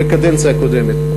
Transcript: בקדנציה הקודמת,